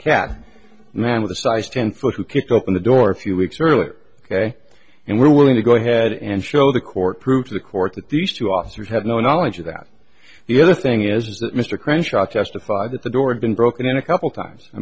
kept man with a size ten foot who kicked open the door a few weeks earlier ok and we're willing to go ahead and show the court prove to the court that these two officers have no knowledge about the other thing is that mr crenshaw testified that the door had been broken in a couple times i